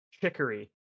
chicory